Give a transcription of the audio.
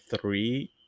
three